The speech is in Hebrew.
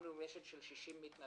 הקמנו רשת של 60 מתנדבים.